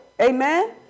Amen